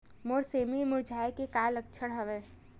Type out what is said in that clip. मोर सेमी मुरझाये के का लक्षण हवय?